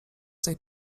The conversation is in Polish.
tej